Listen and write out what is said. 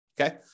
okay